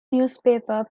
newspaper